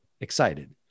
excited